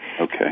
Okay